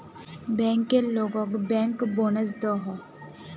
banker लोगोक bank bonus दोहों